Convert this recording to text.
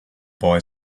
boy